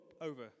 over